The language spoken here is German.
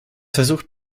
versucht